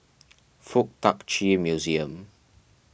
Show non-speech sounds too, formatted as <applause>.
<noise> Fuk Tak Chi Museum